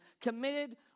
committed